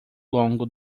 longo